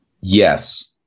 Yes